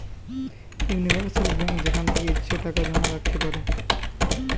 universal bank যেখান থেকে ইচ্ছে টাকা জমা রাখতে পারো